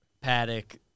Paddock